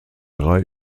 drei